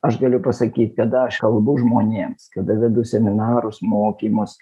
aš galiu pasakyt kada aš kalbu žmonėms kada vedu seminarus mokymus